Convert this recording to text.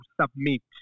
submit